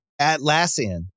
Atlassian